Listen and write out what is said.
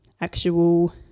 actual